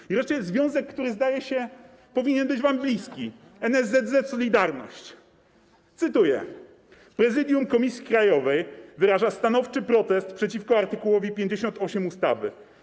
I wreszcie związek, który, zdaje się, powinien być wam bliski, NSZZ „Solidarność”: Prezydium Komisji Krajowej wyraża stanowczy protest przeciwko art. 58 ustawy.